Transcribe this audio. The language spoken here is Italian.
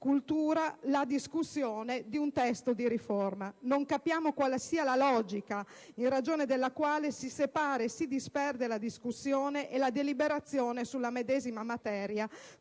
Senato, la discussione di un testo di riforma. Non capiamo quale sia la logica in ragione della quale si separa e si disperde la discussione e la deliberazione sulla medesima materia,